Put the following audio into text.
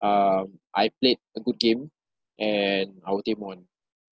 um I played a good game and our team won